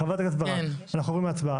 חברת הכנסת ברק, אנחנו עוברים להצבעה.